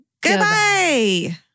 Goodbye